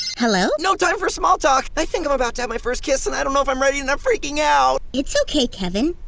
hello? no time for small talk! i think i'm about to have my first kiss, and i don't know if i'm ready and i'm freaking out! it's okay, kevin.